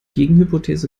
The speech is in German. gegenhypothese